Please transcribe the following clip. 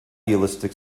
idealistic